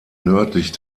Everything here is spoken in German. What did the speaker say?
nördlich